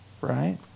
right